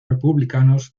republicanos